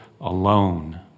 alone